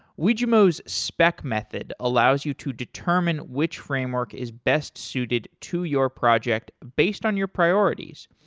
wijmo's spec method allows you to determine which framework is best suited to your project based on your priorities.